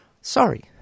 Sorry